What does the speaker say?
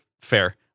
fair